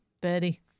Betty